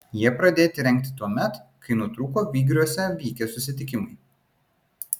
jie pradėti rengti tuomet kai nutrūko vygriuose vykę susitikimai